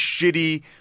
shitty